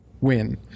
win